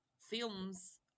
films